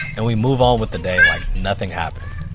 and we move on with the day, like nothing happened.